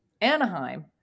Anaheim